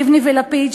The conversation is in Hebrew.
לבני ולפיד,